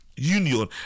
union